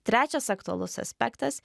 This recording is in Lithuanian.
trečias aktualus aspektas